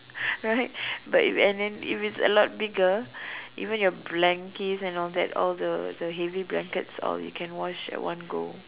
right but if and then if it's a lot bigger even your blankets and all that all the the heavy blankets you can wash at one go